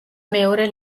მეორე